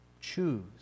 choose